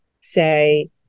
say